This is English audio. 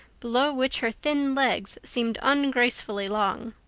below which her thin legs seemed ungracefully long.